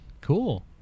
Cool